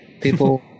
people